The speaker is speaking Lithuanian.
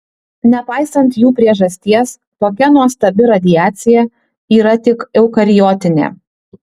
nepaisant jų priežasties tokia nuostabi radiacija yra tik eukariotinė